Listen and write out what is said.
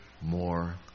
more